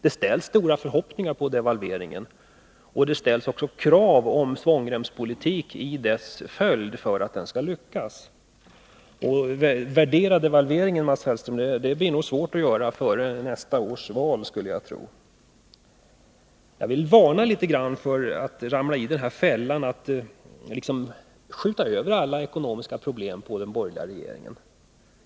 Man har goda förhoppningar om devalveringen, och som en följd därav och för att denna skall lyckas kräver man nu svångremspolitik. Jag skulle tro, Mats Hellström, att det blir svårt att före nästa val värdera devalveringen. Jag vill varna litet grand för att ramla i fällan att skjuta över alla ekonomiska problem på den borgerliga regeringen.